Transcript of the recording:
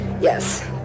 Yes